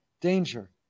danger